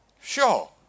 Sure